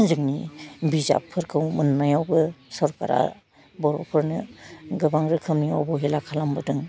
जोंनि बिजाबफोरखौ मोन्नायावबो सरकारा बर'फोरनो गोबां रोखोमनि अब'हेला खालामबोदों